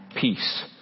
peace